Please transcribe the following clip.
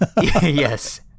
Yes